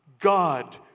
God